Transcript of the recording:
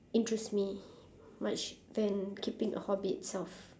interest me much than keeping a hobby itself